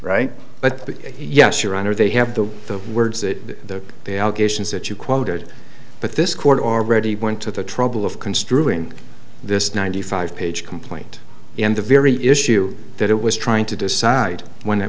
right but yes your honor they have the the words that the the allegations that you quoted but this court already went to the trouble of construing this ninety five page complaint and the very issue that it was trying to decide when